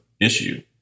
issue